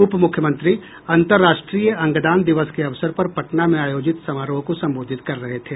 उपमुख्यमंत्री अंतर्राष्ट्रीय अंगदान दिवस के अवसर पर पटना में आयोजित समारोह को संबोधित कर रहे थे